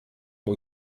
mój